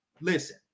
Listen